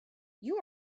you